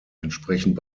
entsprechend